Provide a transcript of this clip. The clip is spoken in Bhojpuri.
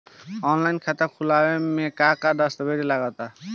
आनलाइन खाता खूलावे म का का दस्तावेज लगा ता?